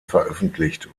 veröffentlicht